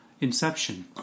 Inception